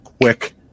quick